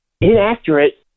inaccurate